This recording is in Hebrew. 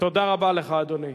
תודה רבה לך, אדוני.